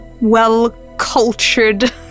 Well-cultured